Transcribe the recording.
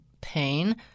pain